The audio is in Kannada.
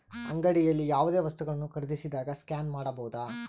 ಅಂಗಡಿಯಲ್ಲಿ ಯಾವುದೇ ವಸ್ತುಗಳನ್ನು ಖರೇದಿಸಿದಾಗ ಸ್ಕ್ಯಾನ್ ಮಾಡಬಹುದಾ?